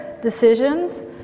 decisions